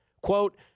Quote